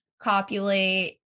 copulate